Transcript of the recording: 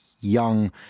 young